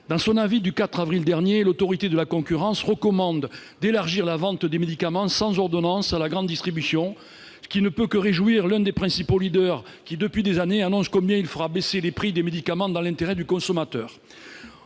Dans son avis du 4 avril dernier, l'Autorité de la concurrence recommande d'élargir la vente des médicaments sans ordonnance à la grande distribution. Cela ne peut que réjouir l'un des principaux leaders, qui annonce depuis des années à quel point il fera baisser les prix des médicaments dans l'intérêt du consommateur.